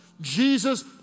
Jesus